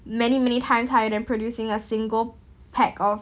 many many times higher than producing a single pack of